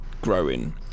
growing